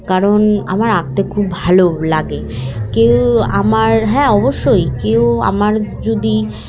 কারণ আমার আঁকতে খুব ভালো লাগে কেউ আমার হ্যাঁ অবশ্যই কেউ আমার যদি